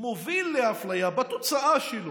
מוביל לאפליה בתוצאה שלו,